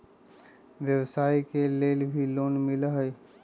व्यवसाय के लेल भी लोन मिलहई?